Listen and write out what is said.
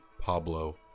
pablo